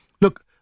Look